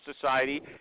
Society